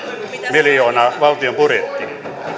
miljoonaa valtion budjettiin